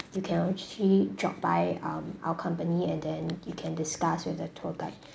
you can actually drop by um our company and then you can discuss with the tour guide